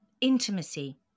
intimacy